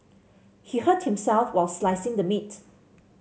he hurt himself while slicing the meat